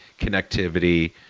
connectivity